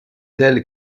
telle